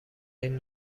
این